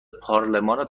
پارلمان